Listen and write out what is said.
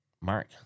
Mark